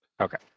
Okay